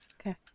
Okay